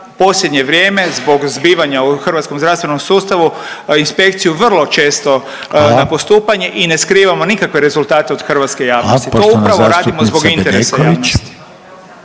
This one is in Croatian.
posljednje vrijeme zbog zbivanja u hrvatskom zdravstvenom sustavu inspekciju vrlo često …/Upadica: Hvala./… na postupanje i ne skrivamo nikakve rezultate od hrvatske javnosti. To upravo radimo zbog intresa javnosti.